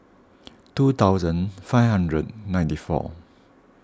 two thousand five hundred ninety four